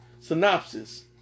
synopsis